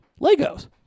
Legos